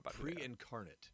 pre-incarnate